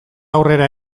aurrera